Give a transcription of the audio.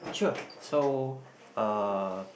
sure so uh